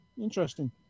Interesting